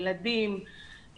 ילדים,